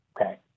Okay